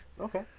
Okay